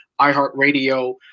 iHeartRadio